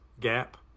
gap